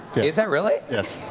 is that really? yes.